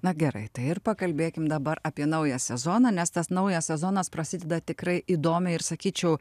na gerai tai ir pakalbėkim dabar apie naują sezoną nes tas naujas sezonas prasideda tikrai įdomiai ir sakyčiau